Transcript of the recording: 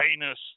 heinous